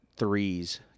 threes